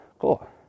cool